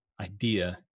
idea